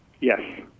Yes